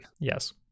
yes